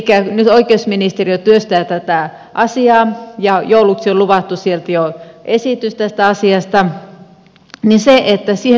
nyt oikeusministeriö työstää tätä asiaa ja jouluksi on luvattu sieltä jo esitys tästä asiasta